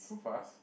so fast